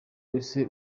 wese